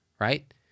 right